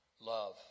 love